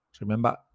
Remember